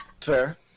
Fair